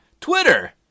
Twitter